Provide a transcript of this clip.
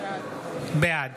בעד